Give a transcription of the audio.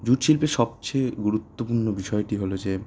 jute শিল্পের সবচেয়ে গুরুত্বপূর্ণ বিষয়টি হলো যে